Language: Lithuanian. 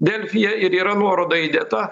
delfyje ir yra nuoroda įdėta